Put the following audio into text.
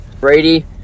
Brady